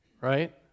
right